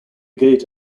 gate